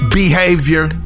behavior